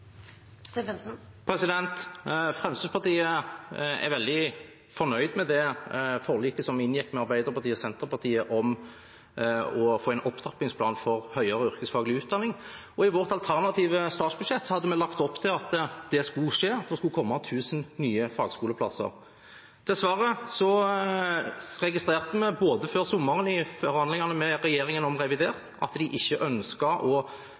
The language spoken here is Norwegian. Fremskrittspartiet var veldig fornøyd med det forliket vi inngikk med Arbeiderpartiet og Senterpartiet om å få en opptrappingsplan for høyere yrkesfaglig utdanning. I vårt alternative statsbudsjett hadde vi lagt opp til at det skulle komme tusen nye fagskoleplasser. Dessverre registrerte vi før sommeren, i forhandlingene med regjeringen om revidert nasjonalbudsjett, at de ikke ønsket å følge opp Stortingets vedtak, og at de heller ikke fulgte opp Stortingets vedtak nå i høst ved å